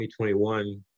2021